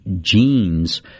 genes